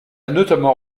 notamment